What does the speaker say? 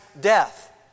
death